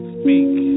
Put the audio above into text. speak